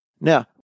Now